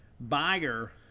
buyer